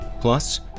plus